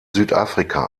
südafrika